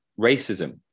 Racism